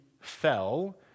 fell